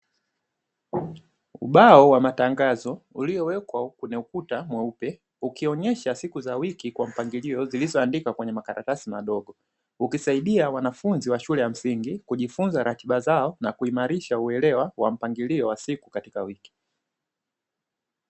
Ubao wa matangazo uliowekwa kwenye ukuta mweupe ukionyesha siku za wiki kwa mpangilio zilizoandikwa kwenye makaratasi madogo, ukisaidia wanafunzi wa shule ya msingi kujifunza ratiba zao na kuimarisha uelewa wa mpangilio wa siku katika wiki.